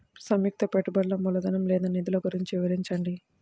సంయుక్త పెట్టుబడులు మూలధనం లేదా నిధులు గురించి వివరించండి?